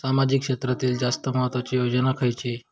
सामाजिक क्षेत्रांतील जास्त महत्त्वाची योजना खयची?